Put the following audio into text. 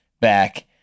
back